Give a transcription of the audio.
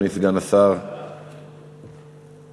ההצעה להעביר את הנושא